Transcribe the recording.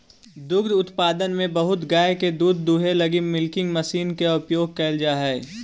दुग्ध उत्पादन में बहुत गाय के दूध दूहे लगी मिल्किंग मशीन के उपयोग कैल जा हई